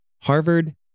Harvard